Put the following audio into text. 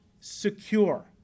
secure